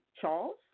Charles